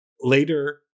later